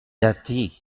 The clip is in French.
gâté